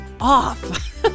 off